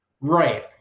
Right